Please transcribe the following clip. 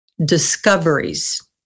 discoveries